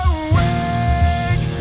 awake